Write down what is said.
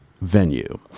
venue